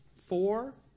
Four